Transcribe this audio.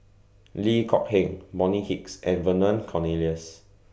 Loh Kok Heng Bonny Hicks and Vernon Cornelius